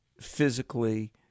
physically